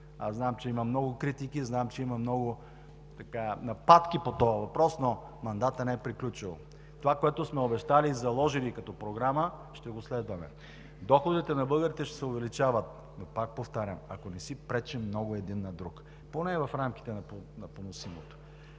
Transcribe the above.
Знам, че има много критики, много нападки по този въпрос, но мандатът не е приключил. Това, което сме обещали и заложили като Програма, ще го следваме. Доходите на българите ще се увеличават, но пак повтарям, ако не си пречим много един на друг, поне в рамките на поносимото.